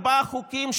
בשביל ארבעה חוקים,